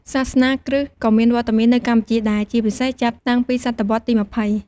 សាសនាគ្រីស្ទក៏មានវត្តមាននៅកម្ពុជាដែរ ជាពិសេសចាប់តាំងពីសតវត្សរ៍ទី ២០។